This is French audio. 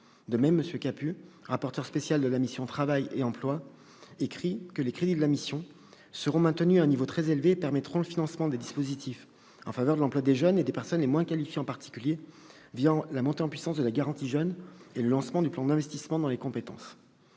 Emmanuel Capus, rapporteur spécial de la mission « Travail et emploi », les crédits de la mission « seront maintenus à un niveau très élevé » et « permettront le financement des dispositifs en faveur de l'emploi des jeunes et des personnes les moins qualifiées en particulier, la montée en puissance de la garantie jeunes et le lancement du plan d'investissement dans les compétences